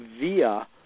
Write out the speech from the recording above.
via